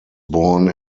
born